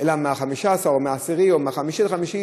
אלא מ-15 או מ-10 או מ-5 ל-5,